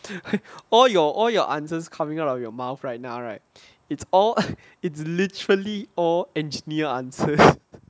all your all your answers coming out of your mouth right now right it's all it's literally all engineer answers